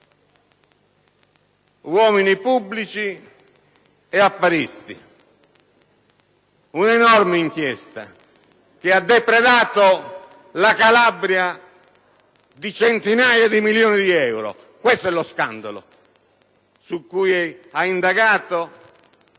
uomini pubblici e affaristi; un'enorme inchiesta su chi ha depredato la Calabria di centinaia di milioni di euro. Questo è lo scandalo su cui la procura